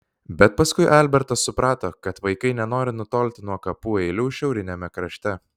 bet paskui albertas suprato kad vaikai nenori nutolti nuo kapų eilių šiauriniame krašte